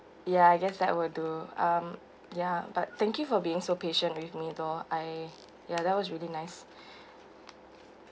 ya I guess that will do um ya but thank you for being so patient with me though I ya that was really nice